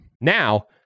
Now